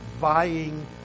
vying